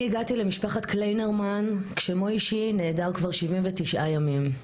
אני הגעתי למשפחת קליינרמן כשמויישי נעדר כבר שבעים ותשעה ימים.